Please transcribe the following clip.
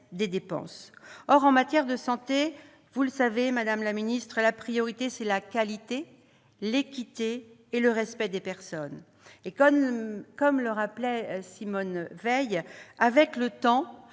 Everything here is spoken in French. des dépenses. Or, en matière de santé, vous le savez, la priorité, c'est la qualité, l'équité et le respect des personnes. Comme le rappelait Simone Veil, « avec le temps,